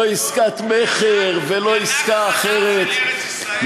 למי אתה אומר את זה,